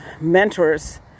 mentors